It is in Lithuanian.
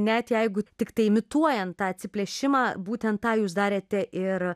net jeigu tiktai imituojant tą atsiplėšimą būtent tą jūs darėte ir